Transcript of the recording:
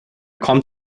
kommt